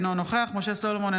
אינו נוכח משה סולומון,